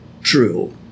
true